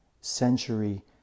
century